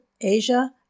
Asia